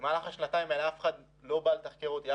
במהלך השנתיים האלה אף אחד לא בא לתחקר אותי,